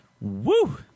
Woo